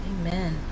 Amen